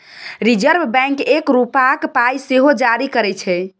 reserve bank एक रुपाक पाइ सेहो जारी करय छै